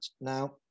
Now